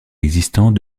existant